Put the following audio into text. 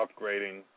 upgrading